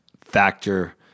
factor